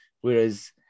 Whereas